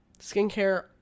skincare